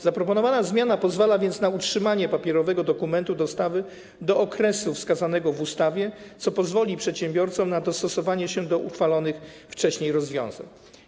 Zaproponowana zmiana pozwala więc na utrzymanie papierowego dokumentu dostawy do okresu wskazanego w ustawie, co pozwoli przedsiębiorcom na dostosowanie się do uchwalonych wcześniej rozwiązań.